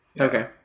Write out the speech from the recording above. Okay